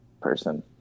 person